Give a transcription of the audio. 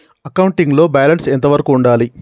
Accounting లో balance ఎంత వరకు ఉండాలి?